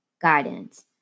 guidance